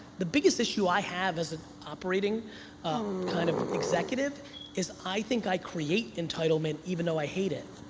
the biggest issue i have as an operating ah kind of executive is i think i create entitlement even though i hate it.